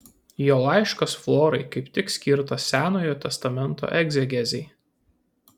jo laiškas florai kaip tik skirtas senojo testamento egzegezei